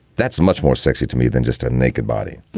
that's much more sexy to me than just a naked body.